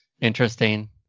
interesting